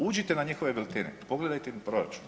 Uđite na njihove biltene, pogledajte im proračun.